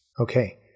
Okay